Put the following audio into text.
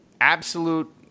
Absolute